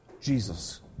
Jesus